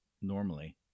normally